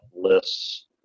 lists